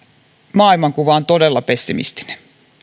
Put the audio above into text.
maailmankuva on todella pessimistinen